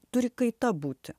turi kaita būti